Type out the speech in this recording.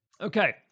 Okay